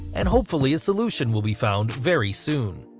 and hopefully a solution will be found very soon.